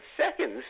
seconds